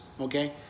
okay